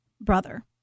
Brother